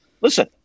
listen